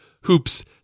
hoops